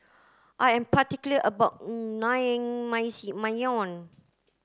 I am particular about